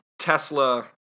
tesla